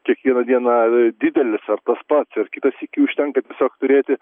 kiekvieną dieną didelis ar tas pats ir kitą sykį užtenka tiesiog turėti